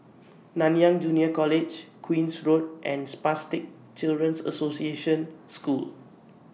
Nanyang Junior College Queen's Road and Spastic Children's Association School